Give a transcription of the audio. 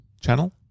channel